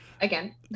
again